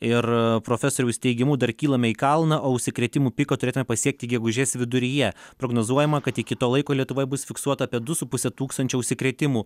ir profesoriaus teigimu dar kylame į kalną o užsikrėtimų piką turėtume pasiekti gegužės viduryje prognozuojama kad iki to laiko lietuvoje bus fiksuota apie du su puse tūkstančio užsikrėtimų